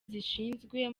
zishinzwe